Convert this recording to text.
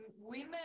women